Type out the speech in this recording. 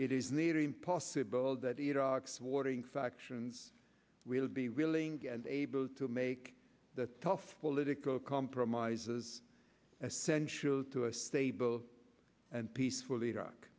it is near impossible that iraq's warring factions will be willing and able to make the tough political compromises essential to a stable and peaceful iraq